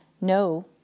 No